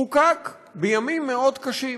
חוקק בימים מאוד קשים